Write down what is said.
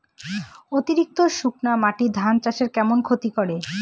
অতিরিক্ত শুকনা মাটি ধান চাষের কেমন ক্ষতি করে?